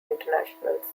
internationals